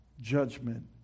judgment